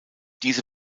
diese